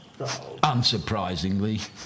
Unsurprisingly